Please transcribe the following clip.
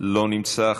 לא נמצא,